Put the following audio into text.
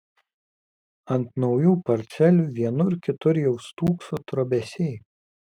ant naujų parcelių vienur kitur jau stūkso trobesiai